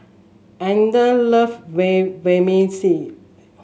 Etna love Vermicelli